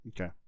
okay